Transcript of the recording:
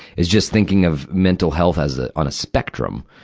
is just thinking of mental health as a, on a spectrum.